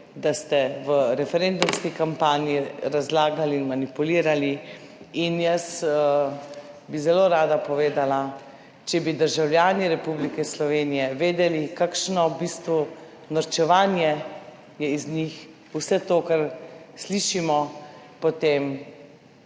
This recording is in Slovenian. da ste v referendumski kampanji razlagali in manipulirali. In jaz bi zelo rada povedala, če bi državljani Republike Slovenije vedeli, kakšno v bistvu norčevanje je iz njih, vse to, kar slišimo, potem